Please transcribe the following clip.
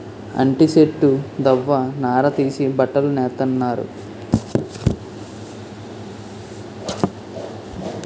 అంటి సెట్టు దవ్వ నార తీసి బట్టలు నేత్తన్నారు